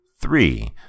Three